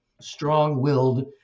strong-willed